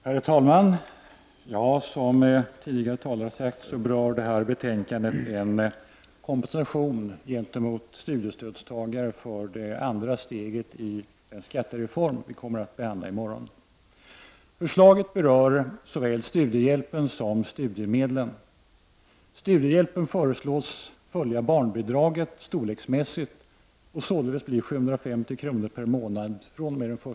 Herr talman! Som tidigare talare har sagt, berör detta betänkande en kompensation gentemot studiestödstagare för det andra steget i den skattereform som riksdagen kommer att behandla i morgon. Förslaget berör såväl studiehjälpen som studiemedlen.